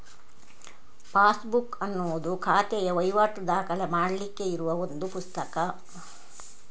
passbook ಅನ್ನುದು ಖಾತೆಯ ವೈವಾಟು ದಾಖಲೆ ಮಾಡ್ಲಿಕ್ಕೆ ಇರುವ ಒಂದು ಪುಸ್ತಕ